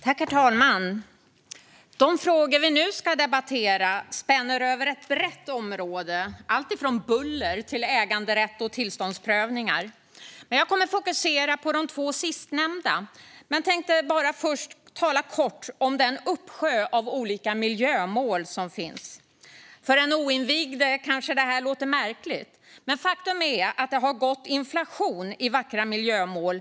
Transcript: Herr talman! De frågor vi nu ska debattera spänner över ett brett område och rör alltifrån buller till äganderätt och tillståndsprövningar. Jag kommer att fokusera på de två sistnämnda men tänkte först tala kort om den uppsjö av olika miljömål som finns. För den oinvigde kanske det låter märkligt, men faktum är att det har gått inflation i vackra miljömål.